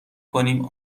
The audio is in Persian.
کنیم